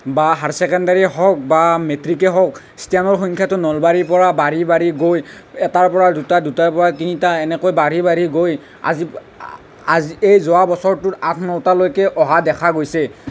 বা হায়াৰ চেকেণ্ডাৰীয়ে হওক বা মেট্ৰিকে হওক ষ্টেণ্ডৰ সংখ্যাটো নলবাৰী পৰা বাঢ়ি বাঢ়ি গৈ এটাৰ পৰা দুটা দুটাৰ পৰা তিনিটা এনেকৈ বাঢ়ি বাঢ়ি গৈ আজি আজি এই যোৱা বছৰটোৰ আঠ নটালৈকে অহা দেখা গৈছে